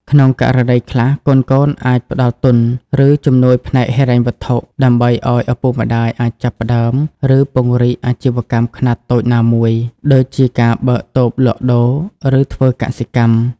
ក្នុងករណីខ្លះ កូនៗអាចផ្ដល់ទុន ឬជំនួយផ្នែកហិរញ្ញវត្ថុ ដើម្បីឱ្យឪពុកម្ដាយអាចចាប់ផ្តើម ឬពង្រីកអាជីវកម្មខ្នាតតូចណាមួយ ដូចជាការបើកតូបលក់ដូរ ឬធ្វើកសិកម្ម។